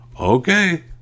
Okay